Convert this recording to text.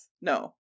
No